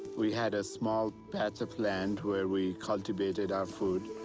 we had a small patch of land where we cultivated our food.